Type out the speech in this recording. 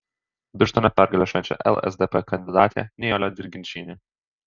birštone pergalę švenčia lsdp kandidatė nijolė dirginčienė